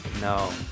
No